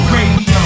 Radio